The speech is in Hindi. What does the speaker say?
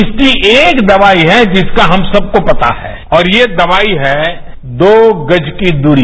इसकी एक दवाई है जिसका हम सबको पता है और ये दवाई है दो गज की दूरी